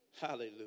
Hallelujah